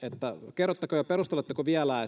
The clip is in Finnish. kerrotteko ja perusteletteko vielä